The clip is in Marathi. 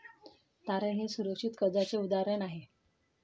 तारण हे सुरक्षित कर्जाचे उदाहरण आहे